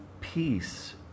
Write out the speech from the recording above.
peace